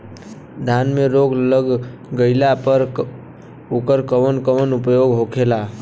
धान में रोग लग गईला पर उकर कवन कवन उपाय होखेला?